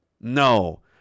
No